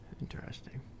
Interesting